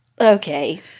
Okay